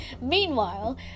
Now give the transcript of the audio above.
meanwhile